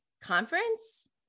conference